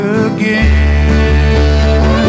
again